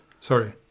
Sorry